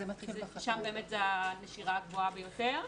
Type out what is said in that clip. שם באמת זה הנשירה הגבוהה ביותר.